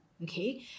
Okay